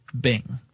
Bing